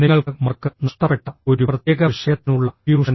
നിങ്ങൾക്ക് മാർക്ക് നഷ്ടപ്പെട്ട ഒരു പ്രത്യേക വിഷയത്തിനുള്ള ട്യൂഷൻ